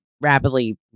rapidly